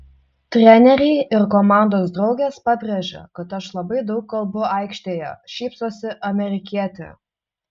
treneriai ir komandos draugės pabrėžia kad aš labai daug kalbu aikštėje šypsosi amerikietė